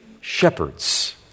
shepherds